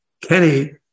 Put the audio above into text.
Kenny